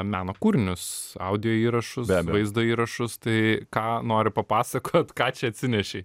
meno kūrinius audio įrašus vaizdo įrašus tai ką nori papasakot ką čia atsinešei